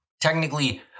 Technically